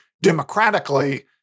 democratically